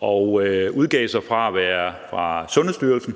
og udgav sig for at være fra Sundhedsstyrelsen